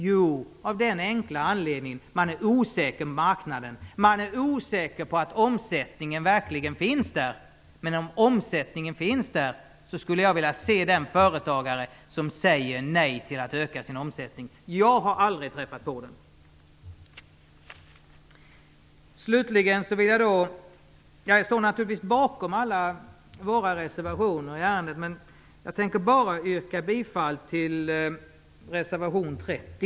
Jo, av den enkla anledningen att man är osäker på marknaden och på att omsättningen verkligen finns där. Men om möjligheten finns skulle jag vilja se den företagare som säger nej till att öka sin omsättning. Jag har aldrig träffat på någon sådan. Jag står naturligtvis bakom alla våra reservationer i ärendet, men jag tänker bara yrka bifall till reservation 30.